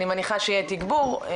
אני מניחה שיהיה תגבור.